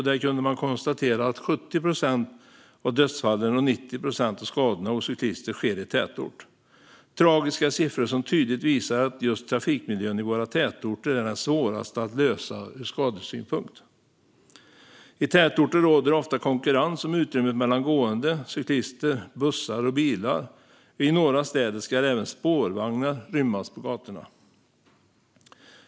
Där kunde man konstatera att 70 procent av dödsfallen och 90 procent av skadorna hos cyklister sker i tätort. Detta är tragiska siffror som tydligt visar att trafikmiljön just i våra tätorter är den svåraste att lösa ur skadesynpunkt. I tätorter råder ofta konkurrens om utrymmet mellan gående, cyklister, bussar och bilar, och i några städer ska även spårvagnar rymmas på gatorna.